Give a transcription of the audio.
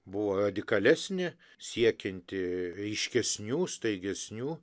buvo radikalesnė siekianti aiškesnių staigesnių